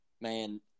Man